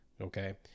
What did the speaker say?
Okay